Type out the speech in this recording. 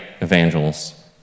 evangelists